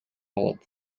алат